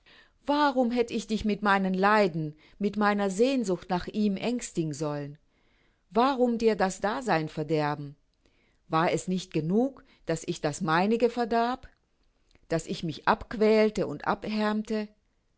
warum hätt ich dich mit meinen leiden mit meiner sehnsucht nach ihm ängstigen sollen warum dir das dasein verderben war es nicht genug daß ich das meinige verdarb daß ich mich abquälte und abhärmte